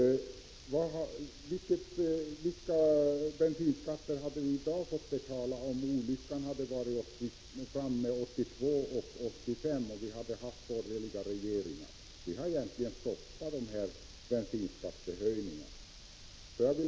Vilka bensinskatter hade vi i dag fått betala, om olyckan hade varit framme 1982 och 1985 och vi hade fått borgerliga regeringar? Vi har egentligen stoppat bensinskattehöjningarna!